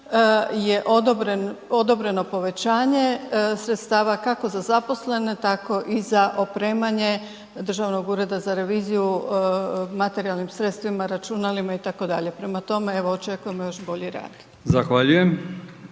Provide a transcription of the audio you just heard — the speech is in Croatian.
je odobreno povećanje sredstava, kako za zaposlene tako i za opremanje Državnog ureda za reviziju materijalnim sredstvima, računalima, itd. Prema tome, evo, očekujemo još bolji rad. **Brkić,